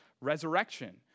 resurrection